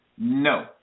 No